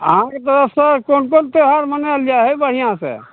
अहाँके ओतऽ सर कोन कोन त्योहार मनाएल जाइ हइ बढ़िआँ से